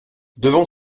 devant